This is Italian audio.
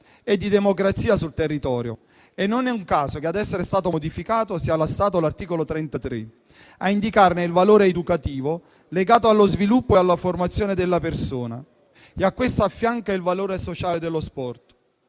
e di democrazia sul territorio. Non è un caso che ad essere stato modificato sia stato l'articolo 33, a indicarne il valore educativo legato allo sviluppo e alla formazione della persona. A questo si affianca il valore sociale dello sport.